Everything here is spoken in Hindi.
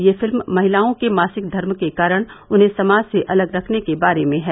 यह फिल्म महिलाओं के मासिक धर्म के कारण उन्हें समाज से अलग रखने के बारे में है